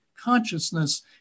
consciousness